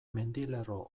mendilerro